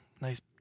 Nice